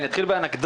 אני אתחיל באנקדוטה.